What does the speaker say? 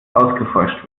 ausgeforscht